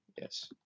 Yes